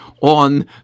on